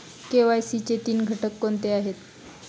KYC चे तीन घटक कोणते आहेत?